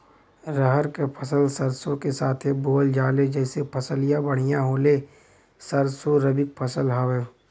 रहर क फसल सरसो के साथे बुवल जाले जैसे फसलिया बढ़िया होले सरसो रबीक फसल हवौ